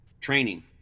training